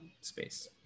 space